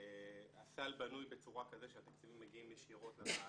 הסל בנוי בצורה כזו שהתקציבים מגיעים ישירות לבעלות,